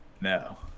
No